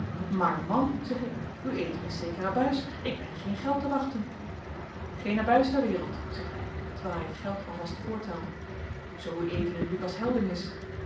maar man zeg ik ued is zeker abuis ik ben geen geld te wachten geen abuis ter wereld zegt hij terwijl hij het geld al vast voortelde zoo ued lucas helding is